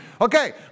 Okay